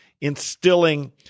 instilling